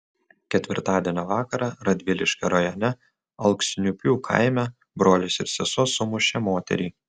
ketvirtadienio vakarą radviliškio rajone alksniupių kaime brolis ir sesuo sumušė moterį